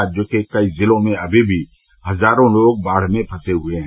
राज्य के कई जिलों में अभी भी हजारों लोग बाढ़ में फंसे हए हैं